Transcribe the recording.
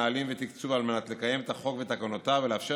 נהלים ותקצוב על מנת לקיים את החוק ותקנותיו ולאפשר